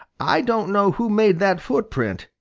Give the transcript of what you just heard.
i don't know who made that footprint,